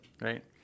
right